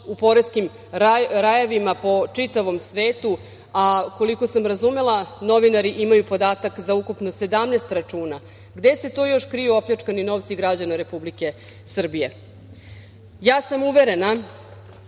u poreskim rajevima po čitavom svetu, a koliko sam razumela novinari imaju podatak za ukupno 17 računa, gde se to još kriju opljačkani novci građana Republike Srbije. Uverena